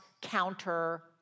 counter